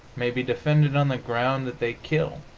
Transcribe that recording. may be defended on the ground that they kill.